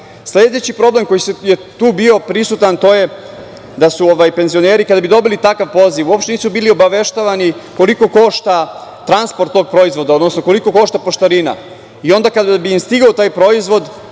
zakona. Sledeći problem koji je bio tu prisutan je da su penzioneri kada bi dobili takav poziv, uopšte nisu bili obaveštavani koliko košta transport tog proizvoda, odnosno koliko košta poštarina i onda kada bi im stigao taj proizvod,